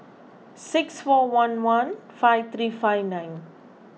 six four one one five three five nine